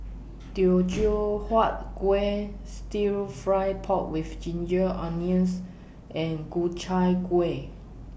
Teochew Huat Kuih Stir Fried Pork with Ginger Onions and Ku Chai Kuih